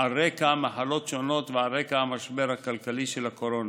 על רקע מחלות שונות ועל רקע המשבר הכלכלי של הקורונה.